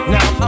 Now